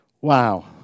Wow